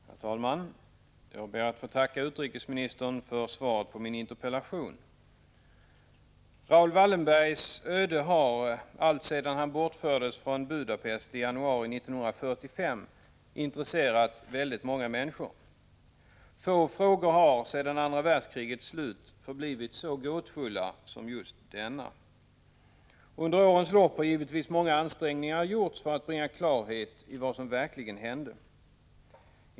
Herr talman! Jag ber att få tacka utrikesministern för svaret på min interpellation. Raoul Wallenbergs öde har, alltsedan han bortfördes från Budapest i januari 1945, intresserat väldigt många människor. Få frågor har sedan andra världskrigets slut förblivit så gåtfulla som just denna. Under årens lopp har givetvis många ansträngningar gjorts för att bringa klarhet i vad som verkligen hände.